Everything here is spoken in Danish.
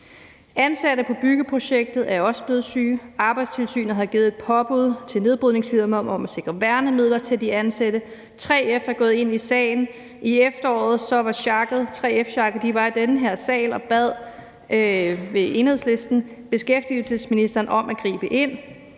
Ansatte på byggeprojektet er også blevet syge. Arbejdstilsynet har givet et påbud til nedbrydningsfirmaet om at sikre værnemidler til de ansatte. 3F er gået ind i sagen. I efteråret var 3F-sjakket i den her sal og bad via Enhedslisten beskæftigelsesministeren om at gribe ind.